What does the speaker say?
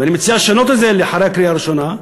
ואני מציע לשנות את זה אחרי הקריאה הראשונה,